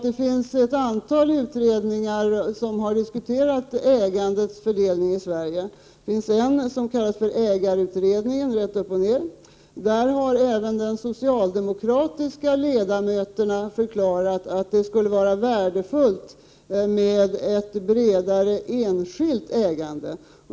Det finns ett antal utredningar som har diskuterat ägandets fördelning i Sverige. Det finns en som kallas ägarutredningen rätt upp och ner. I denna utredning har även de socialdemokratiska ledamöterna förklarat att det skulle vara värdefullt med ett bredare enskilt ägande.